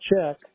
check